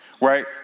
right